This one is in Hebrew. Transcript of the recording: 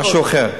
משהו אחר.